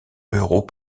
euros